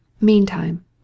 Meantime